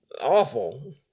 awful